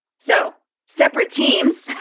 so separate teams,